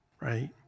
right